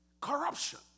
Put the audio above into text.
corruption